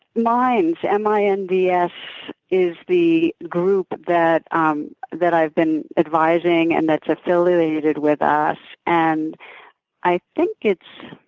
minds, m i n d s, is the group that um that i've been advising and that's affiliated with us and i think it's,